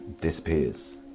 disappears